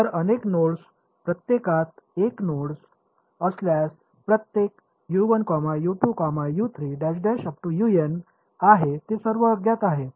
तर अनेक नोड्स प्रत्येकात एन नोड्स असल्यास प्रत्येक आहे ते सर्व अज्ञात आहेत